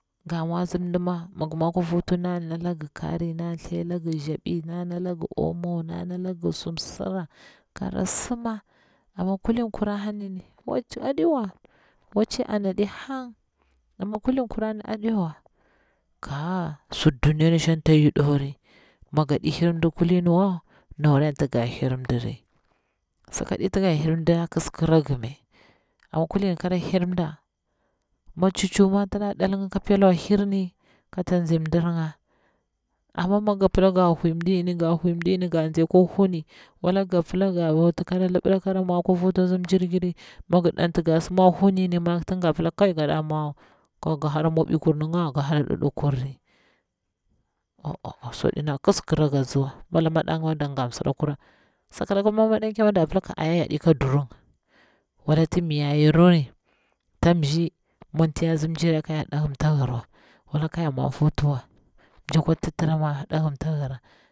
Ga matsi mdima, mi ngi mwa kwa hutu nda nak ngi kari nda thlagi nzabi ga omo, nda nalagi su msira kara sima, mi kulin kura hanini wacci aɗiwa, wacci ana ɗi hang amma kulin kurama aɗiwa ka'a sir duniya shang ta hidauri mi gaɗi hir mdi kulinwa nawari anti nga hirmdiri, sakaɗi tinga hir mda kis kira ngi me, amma kulin kara hir mda, mi tchi tchi ma tin ɗa dd nga ka pela wa hirni, kata nzi mdir nga, amma mi gi pila ga hwui mda ga hwui mdi ngiri lka tsai kwa huri wala nga kwa pila ga wuti kara libila kara mwa hutu a tsi mjir giri migir danti dasi mwa hunini ma tin ga pilla kai gaɗa mwa wa, kagi hara mwaɓwi kur ninga ngi hara ɗiɗi kurri a a mi swaɗi no kis kira kranga aziwa, wala maɗanga mi dak gatti msira kura, laka madanker ma da pilla oya yoɗi ka durun, wala ti miya gru wani, ta mzi mwanti yaru ka yar ɗahimta hirwa kaya mwa hutu wa mji kmwa titira mwa tadm kagwrawa.